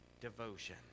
devotion